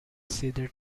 cedar